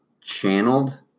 channeled